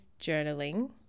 journaling